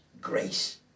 grace